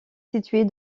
située